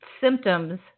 symptoms